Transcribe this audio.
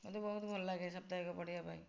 ମୋତେ ବହୁତ ଭଲ ଲାଗେ ସାପ୍ତାହିକ ପଢ଼ିବା ପାଇଁ